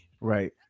Right